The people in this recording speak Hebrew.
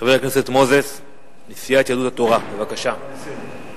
חבר הכנסת מנחם אליעזר מוזס מסיעת יהדות התורה.